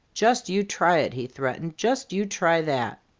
just you try it! he threatened. just you try that!